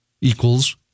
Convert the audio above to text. equals